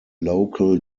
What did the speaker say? local